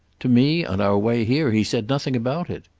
to me, on our way here, he said nothing about it.